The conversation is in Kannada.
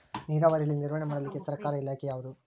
ನೇರಾವರಿಯಲ್ಲಿ ನಿರ್ವಹಣೆ ಮಾಡಲಿಕ್ಕೆ ಸರ್ಕಾರದ ಇಲಾಖೆ ಯಾವುದು?